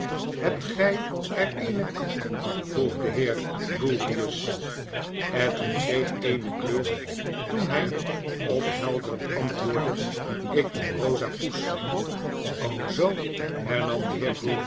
hebt gy er eene kat vroeg de heer grewgious edwin kreeg eene kleur toen hy ophelderend antwoordde ik noem eosa poes zoo hernam de